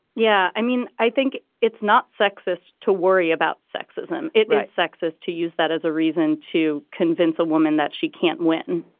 yeah. i mean, i think it's not sexist to worry about sexism. it is sexist to use that as a reason to convince a woman that she can't win